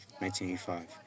1985